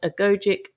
agogic